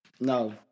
No